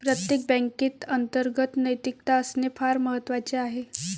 प्रत्येक बँकेत अंतर्गत नैतिकता असणे फार महत्वाचे आहे